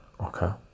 Okay